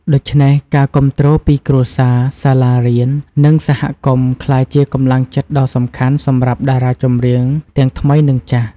ដូច្នេះ ការគាំទ្រពីគ្រួសារ សាលារៀន និងសហគមន៍ក្លាយជាកម្លាំងចិត្តដ៏សំខាន់សម្រាប់តារាចម្រៀងទាំងថ្មីនិងចាស់។